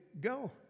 go